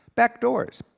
back doors,